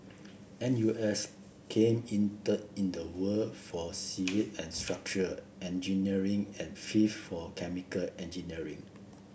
N U S came in third in the world for civil and structural engineering and fifth for chemical engineering